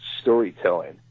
storytelling